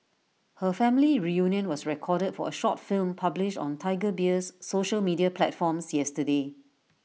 her family reunion was recorded for A short film published on Tiger Beer's social media platforms yesterday